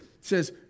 says